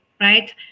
right